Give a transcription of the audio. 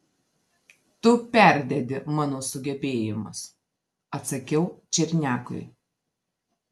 tu perdedi mano sugebėjimus atsakiau černiakui